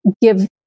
give